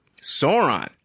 Sauron